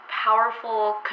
powerful